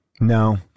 No